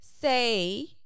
say